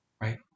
right